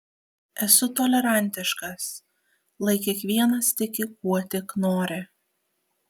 esu tolerantiškas lai kiekvienas tiki kuo tik nori